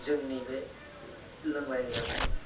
जोंनि बे लोंनाय जानाय